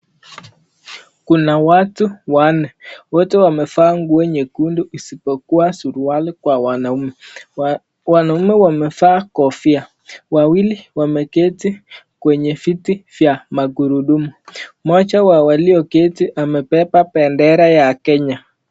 Kuna watu wanne, wote wamevaa nguo nyekundu, isipokuwa suruali kwa wanaume, wanaume wamevaa kofia wawili wameketi kwenye viti vya magurudumu, moj wa walioketi amebeba bendera ya Kenya.